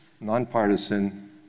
nonpartisan